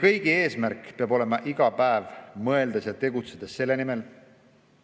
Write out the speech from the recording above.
kõigi eesmärk peab olema iga päev mõelda, kuidas tuleb tegutseda selle nimel,